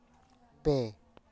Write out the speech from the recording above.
ᱯᱮ